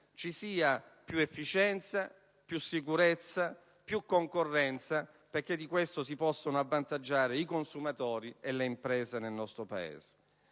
ci sia più efficienza, più sicurezza e più concorrenza, perché di questo si possano avvantaggiare i consumatori e le imprese nel nostro Paese.